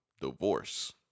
divorce